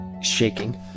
shaking